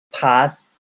pass